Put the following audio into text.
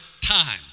time